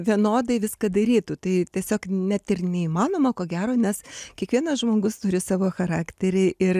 vienodai viską darytų tai tiesiog net ir neįmanoma ko gero nes kiekvienas žmogus turi savo charakterį ir